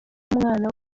w’umwana